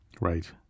Right